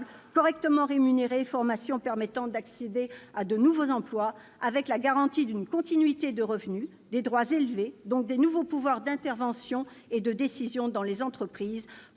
correctement rémunérés et formations permettant d'accéder à de nouveaux emplois, ave la garantie d'une continuité de revenus, des droits élevés, donc des nouveaux pouvoirs d'intervention et de décision dans les entreprises.